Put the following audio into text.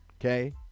okay